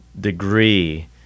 degree